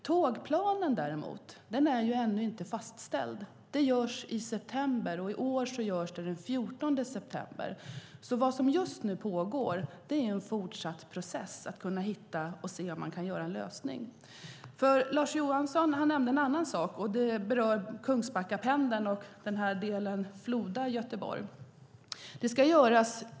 Tågplanen är däremot ännu inte fastställd. Det görs i september, och i år görs det den 14 september. Vad som just nu pågår är en fortsatt process för att se om man kan hitta en lösning. Lars Johansson nämner en annan sak, och det berör Kungsbackapendeln och delen Floda-Göteborg.